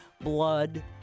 blood